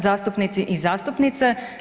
Zastupnici i zastupnice.